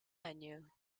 menu